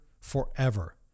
forever